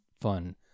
fun